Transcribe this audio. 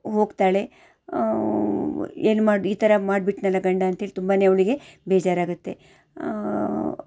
ಹೋಗ್ತಾಳೆ ಏನು ಮಾಡು ಈ ಥರ ಮಾಡಿಬಿಟ್ನಲ ಗಂಡ ಅಂತೇಳಿ ತುಂಬಾ ಅವಳಿಗೆ ಬೇಜಾರಾಗುತ್ತೆ